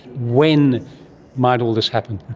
when might all this happen?